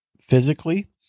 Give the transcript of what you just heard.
physically